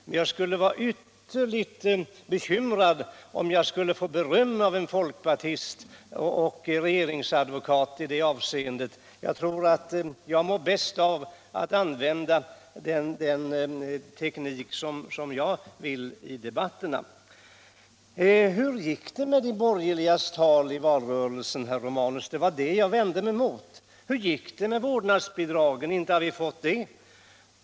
Men jag skulle vara ytterligt bekymrad om jag i det avseendet fick beröm av en folkpartist och regeringsadvokat. Jag bestämmer själv min teknik i debatterna. Och hur gick det med de borgerligas tal i valrörelsen, herr Romanus? Det var det som jag vände mig emot. Hur gick det med vårdnadsbidraget? Inte har vi fått det!